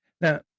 Now